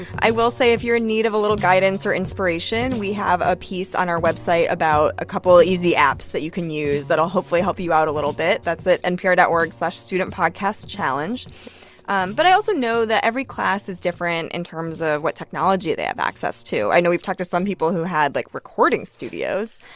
i will say if you're in need of a little guidance or inspiration, we have a piece on our website about a couple of easy apps that you can use that'll hopefully help you out a little bit. that's at npr dot org slash studentpodcastchallenge. um but i also know that every class is different in terms of what technology they have access to. i know we've talked to some people who had, like, recording studios.